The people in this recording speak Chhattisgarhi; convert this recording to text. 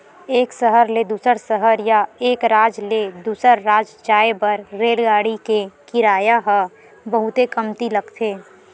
एक सहर ले दूसर सहर या एक राज ले दूसर राज जाए बर रेलगाड़ी के किराया ह बहुते कमती लगथे